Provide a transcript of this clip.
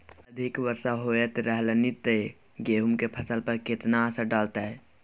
अधिक वर्षा होयत रहलनि ते गेहूँ के फसल पर केतना असर डालतै?